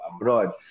abroad